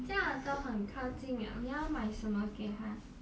这样都很靠近了你要买什么给她